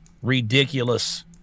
ridiculous